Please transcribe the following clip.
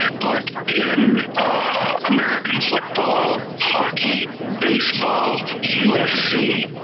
but in america football, hockey, baseball, ufc,